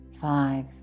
Five